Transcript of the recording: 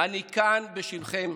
אני כאן בשמכם,